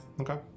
Okay